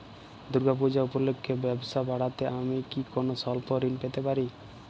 দূর্গা পূজা উপলক্ষে ব্যবসা বাড়াতে আমি কি কোনো স্বল্প ঋণ পেতে পারি?